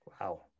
Wow